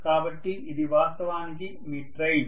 కాబట్టి ఇది వాస్తవానికి మీ ట్రైన్